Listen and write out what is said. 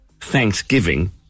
Thanksgiving